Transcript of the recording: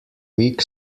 whig